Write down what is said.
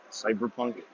cyberpunk